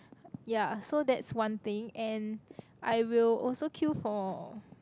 ya so that's one thing and I will also queue for